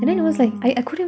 !wah!